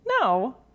No